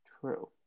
True